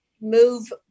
move